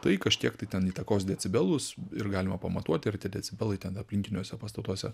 tai kažkiek tai ten įtakos decibelus ir galima pamatuot ir tie decibelai ten aplinkiniuose pastatuose